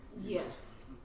Yes